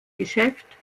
geschäft